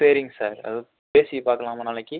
சரிங்க சார் அது பேசி பார்க்கலாமா நாளைக்கு